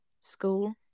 school